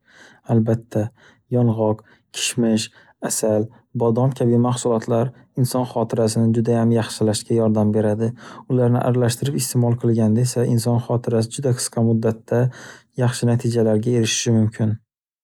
Albatta, yong'oq, kishmish, asal, bodom kabi mahsulotlar inson xotirasini judayam yaxshilashga yordam beradi. Ularni aralashtirib isteʼmol qilganda esa, inson xotirasi juda qisqa muddatda yaxshi natijalarga erishishi mumkin.